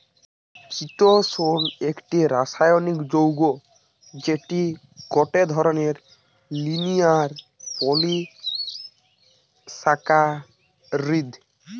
চিতোষণ একটি রাসায়নিক যৌগ্য যেটি গটে ধরণের লিনিয়ার পলিসাকারীদ